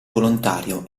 volontario